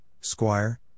Squire